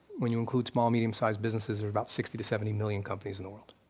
when you include small, medium size businesses, there's about sixty to seventy million companies in the world.